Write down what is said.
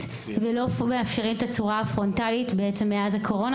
ולא מאפשרים פרונטלית מאז הקורונה.